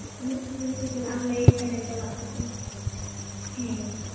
ᱩᱱᱟᱹᱜ ᱥᱤᱵᱤᱞᱟᱜ ᱮᱢ ᱞᱟᱹᱭᱟᱹᱧ ᱠᱟᱱᱟ ᱡᱚᱢᱟᱜ ᱛᱚᱵᱮ ᱦᱮᱸ